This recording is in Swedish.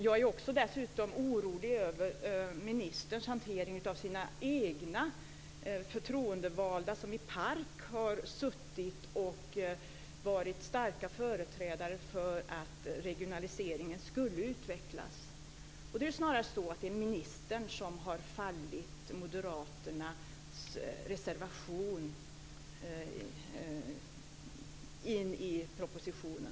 Jag är också orolig över ministerns hantering av sina egna förtroendevalda som i PARK har suttit och varit starka företrädare för att regionaliseringen skulle utvecklas. Det är snarast så att det är ministern som anser att det som sägs i propositionen överensstämmer med moderaternas reservation.